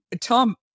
Tom